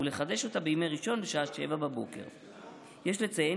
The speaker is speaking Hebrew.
ולחדש אותה בימי ראשון בשעה 07:00. יש לציין